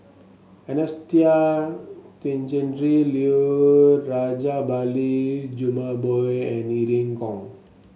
Anastasia Tjendri Liew Rajabali Jumabhoy and Irene Khong